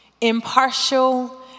impartial